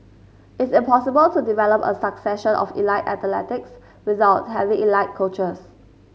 it's impossible to develop a succession of elite athletes without having elite coaches